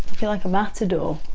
feel like a matador.